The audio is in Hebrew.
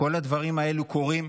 כל הדברים האלה קורים